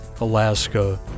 Alaska